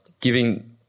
giving